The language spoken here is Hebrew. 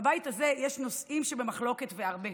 בבית הזה יש נושאים שבמחלוקת, והרבה,